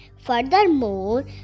furthermore